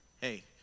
hey